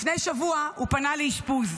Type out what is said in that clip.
לפני שבוע הוא פנה לאשפוז.